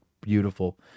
beautiful